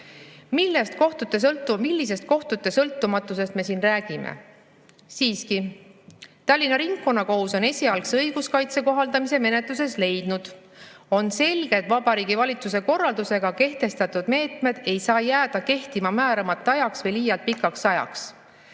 Millisest kohtute sõltumatusest me siin räägime? Siiski, Tallinna Ringkonnakohus on esialgse õiguskaitse kohaldamise menetluses leidnud olevat selge, et Vabariigi Valitsuse korraldusega kehtestatud meetmed ei saa jääda kehtima määramata ajaks või liialt pikaks ajaks.